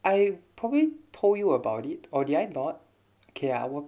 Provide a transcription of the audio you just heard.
I probably told you about it or did I not okay I 我